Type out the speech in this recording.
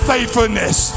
Faithfulness